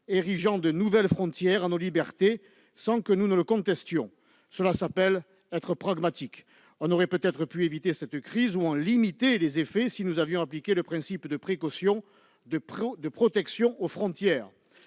érigeant de nouvelles frontières à nos libertés sans que nous le contestions. Cela s'appelle être pragmatique ! Nous aurions peut-être pu éviter cette crise ou en limiter les effets si nous avions appliqué le principe de précaution de protection aux frontières.